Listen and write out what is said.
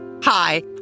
Hi